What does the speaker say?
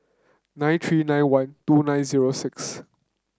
nine three nine one two nine zero six